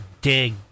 dig